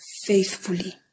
faithfully